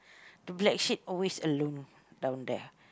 the black sheep always alone down there